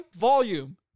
volume